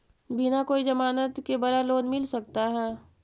बिना कोई जमानत के बड़ा लोन मिल सकता है?